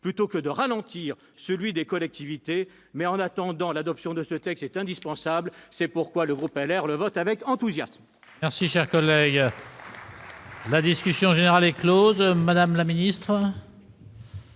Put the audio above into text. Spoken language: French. plutôt que ralentir celui des collectivités. En attendant, l'adoption de ce texte est indispensable. C'est pourquoi le groupe Les Républicains le votera avec enthousiasme.